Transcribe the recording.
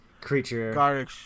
creature